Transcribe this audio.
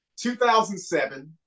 2007